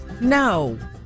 No